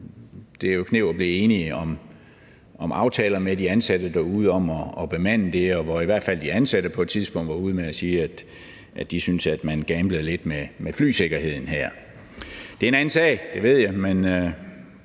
det jo kneb med at blive enige om aftaler med de ansatte derude om at bemande det, og hvor i hvert fald de ansatte på et tidspunkt var ude at sige, at de syntes, at man gamblede lidt med flysikkerheden her. Det er en anden sag, det ved jeg, men